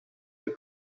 the